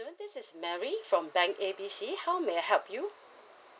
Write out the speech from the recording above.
this is mary from bank A B C how may I help you